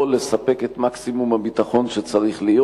לספק את מקסימום הביטחון שצריך להיות.